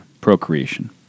procreation